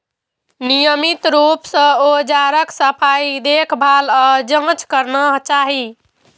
नियमित रूप सं औजारक सफाई, देखभाल आ जांच करना चाही